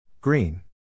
Green